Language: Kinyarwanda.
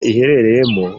iherereyemo